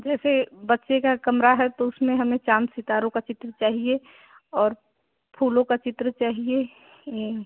जैसे बच्चे का कमरा है तो उसमें हमें चाँद सितारों का चित्र चाहिए और फूलों का चित्र चाहिए